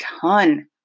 ton